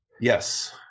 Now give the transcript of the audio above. yes